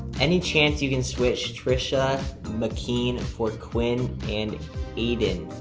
any chance you can switch tricia mckeen and for quinn and aiden,